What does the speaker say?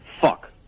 Fuck